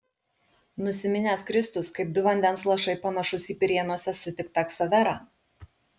nusiminęs kristus kaip du vandens lašai panašus į pirėnuose sutiktą ksaverą